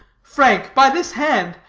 frank, by this hand,